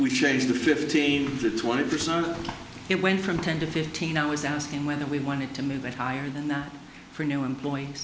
we changed the fifteen to twenty percent it went from ten to fifteen i was asking whether we wanted to move it higher than that for new employees